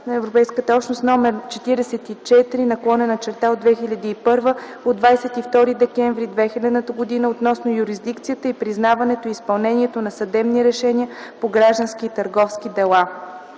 на Европейската общност № 44/2001 от 22 декември 2000 г. относно юрисдикцията и признаването и изпълнението на съдебни решения по граждански и търговски дела.